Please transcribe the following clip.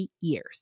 years